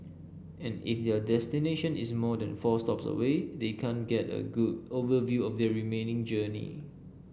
and if their destination is more than four stops away they can't get a good overview of their remaining journey